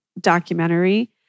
documentary